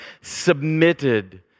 submitted